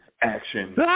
action